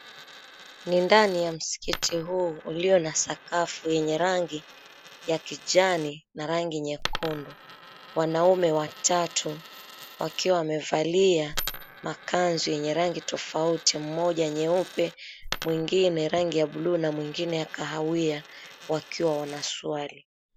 Ni ndani ya msikiti huu ulio na sakafu yenye rangi ya kijani na rangi nyekundu. Wanaume watatu wakiwa wamevalia makanzu yenye rangi tofauti, moja nyeupe mwingine rangi ya buluu na mwingine ya kahawia wakiwa wanaswali.